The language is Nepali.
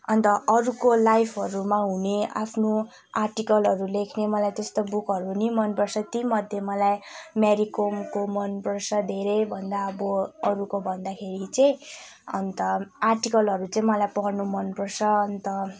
अन्त अरूको लाइफहरूमा हुने आफ्नो आर्टिकलहरू लेख्ने मलाई त्यस्तो बुकहरू नि मनपर्छ ती मध्ये मलाई मेरिकोमको मनपर्छ धेरैभन्दा अब अरूको भन्दाखेरि चाहिँ अन्त आर्टिकलहरू चाहिँ मलाई पढ्नु मनपर्छ अन्त